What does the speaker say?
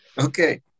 Okay